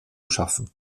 schaffen